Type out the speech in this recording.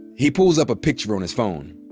he pulls up a picture on his phone.